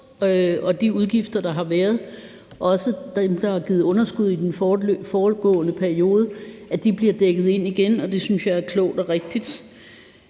at de udgifter, der har været, og som har givet underskud i den forudgående periode, bliver dækket ind igen, og det synes jeg er klogt og rigtigt.